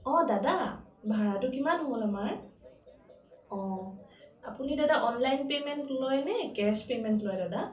অঁ দাদা ভাড়াটো কিমান হ'ল আমাৰ অঁ আপুনি দাদা অনলাইন পেমেণ্ট লয় নে কেচ পেমেণ্ট লয় দাদা